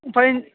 ओमफ्राय